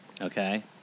Okay